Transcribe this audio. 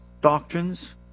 doctrines